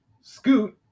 Scoot